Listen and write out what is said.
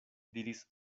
diris